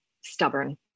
stubborn